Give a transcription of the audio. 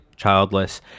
Childless